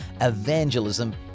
Evangelism